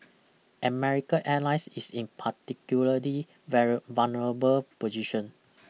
America Airlines is in particularly very vulnerable position